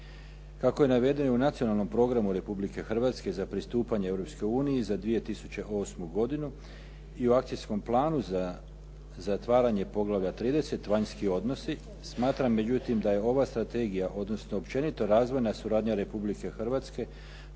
Kako je navedeno u Nacionalnom programu Republike Hrvatske za pristupanje Europskoj uniji za 2008. godinu i u Akcijskom planu za zatvaranje poglavlja 30.-Vanjski odnosi, smatram međutim da je ova strategija odnosno općenito razvojna suradnja Republike Hrvatske